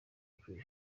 green